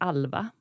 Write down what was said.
Alva